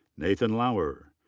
nathan lauer.